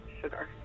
Sugar